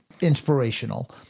inspirational